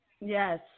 Yes